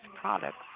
products